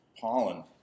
pollen